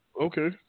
Okay